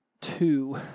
two